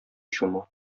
чума